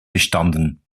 bestanden